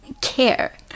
care